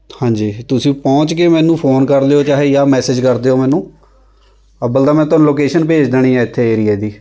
ਹਾਂਜੀ ਤੁਸੀਂ ਪਹੁੰਚ ਕੇ ਮੈਨੂੰ ਫ਼ੋਨ ਕਰ ਲਿਓ ਚਾਹੇ ਯਾ ਮੈਸਿਜ ਕਰ ਦਿਓ ਮੈਨੂੰ ਅੱਵਲ ਤਾਂ ਮੈਂ ਲੋਕੇਸ਼ਨ ਭੇਜ ਦੇਣੀ ਹੈ ਇੱਥੇ ਏਰੀਏ ਦੀ